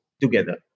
together